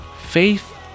faith